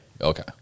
Okay